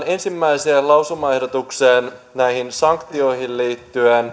ensimmäiseen lausumaehdotukseen näihin sanktioihin liittyen